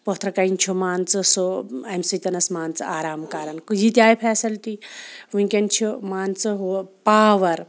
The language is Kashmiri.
پتھرٕ کَنۍ چھُ مان ژٕ سُہ اَمہِ سۭتۍ مان ژٕ آرام کَران یہِ تہِ آے فیسلٹی وٕنۍکٮ۪ن چھِ مان ژٕ ہُہ پاوَر